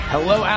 Hello